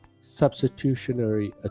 substitutionary